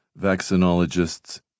vaccinologists